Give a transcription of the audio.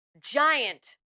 giant